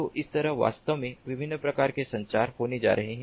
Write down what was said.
तो इस तरह वास्तव में विभिन्न प्रकार के संचार होने जा रहे हैं